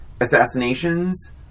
assassinations